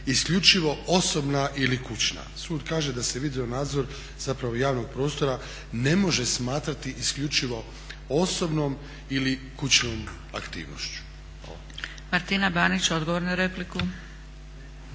isključivo osobna ili kućna. Sud kaže da se video nadzor zapravo javnog prostora ne može smatrati isključivo osobnom ili kućnom aktivnošću. Hvala. **Zgrebec,